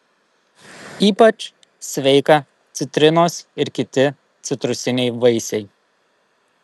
ypač sveika citrinos ir kiti citrusiniai vaisiai